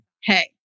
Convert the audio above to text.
hey